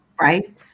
Right